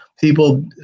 people